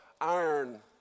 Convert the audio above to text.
iron